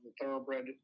thoroughbred